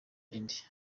indi